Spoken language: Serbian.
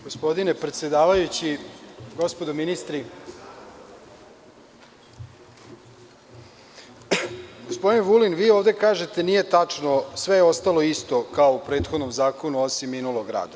Gospodine predsedavajući, gospodo ministri, gospodine Vulin, vi ovde kažete - nije tačno, sve je ostalo isto kao u prethodnom zakonu, osim minulog rada.